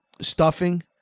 stuffing